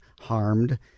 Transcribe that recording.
harmed